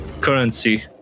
currency